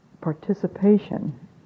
participation